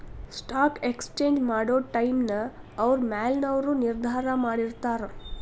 stock exchange ಮಾಡೊ ಟೈಮ್ನ ಅವ್ರ ಮ್ಯಾಲಿನವರು ನಿರ್ಧಾರ ಮಾಡಿರ್ತಾರ